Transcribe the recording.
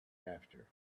after